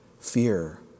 fear